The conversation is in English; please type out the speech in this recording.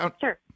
Sure